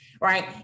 right